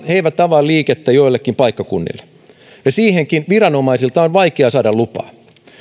he eivät avaa liikettä joillekin paikkakunnille ja siihenkin viranomaisilta on vaikea saada lupaa